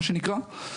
מה שנקרא.